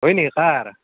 হয় নেকি কাৰ